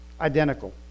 Identical